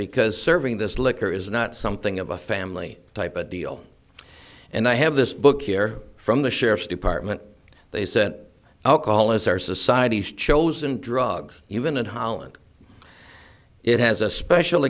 because serving this liquor is not something of a family type of deal and i have this book here from the sheriff's department they said alcohol is our society's chosen drugs even in holland it has a special